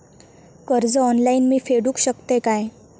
कर्ज ऑनलाइन मी फेडूक शकतय काय?